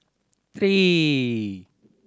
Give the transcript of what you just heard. three